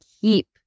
keep